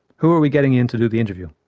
who are we getting in to do the interview?